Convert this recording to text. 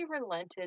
relented